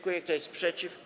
Kto jest przeciw?